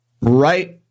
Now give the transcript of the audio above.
right